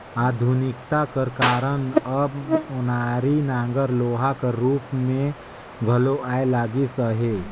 आधुनिकता कर कारन अब ओनारी नांगर लोहा कर रूप मे घलो आए लगिस अहे